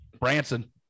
Branson